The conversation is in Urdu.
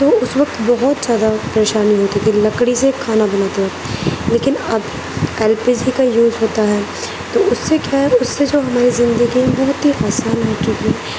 تو اس وقت بہت زیادہ پریشانی ہوتی تھی لکڑی سے کھانا بناتے وقت لیكن اب ایل پی جی كا یوز ہوتا ہے تو اس سے کیا ہے اس سے جو ہماری زندگی میں بہت آسانی ہو چکی ہے